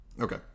Okay